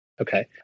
Okay